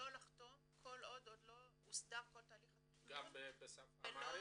לא לחתום כל עוד לא הוסדר כל תהליך התכנון --- גם בשפה אמהרית?